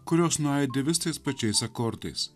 kurios nuaidi vis tais pačiais akordais